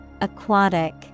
aquatic